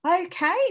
Okay